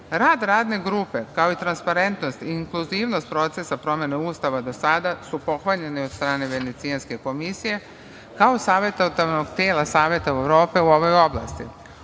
radne grupe, kao i transparentnost i inkluzivnost procesa promene Ustava do sada su pohvaljene od strane Venecijanske komisije, kao savetodavnog tela Saveta Evrope u ovoj oblasti. Upravo